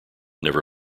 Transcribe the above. never